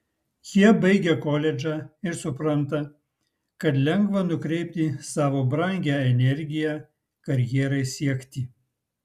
jie baigia koledžą ir supranta kad lengva nukreipti savo brangią energiją karjerai siekti